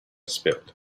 spilled